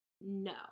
no